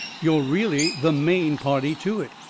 you're really the main party to it.